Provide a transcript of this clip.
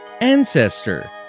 Ancestor